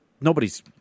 nobody's